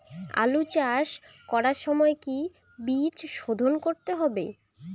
আলু চাষ করার সময় কি বীজ শোধন করতে হবে?